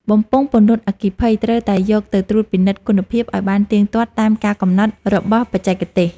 បំពង់ពន្លត់អគ្គិភ័យត្រូវតែយកទៅត្រួតពិនិត្យគុណភាពឱ្យបានទៀងទាត់តាមការកំណត់របស់បច្ចេកទេស។